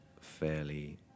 fairly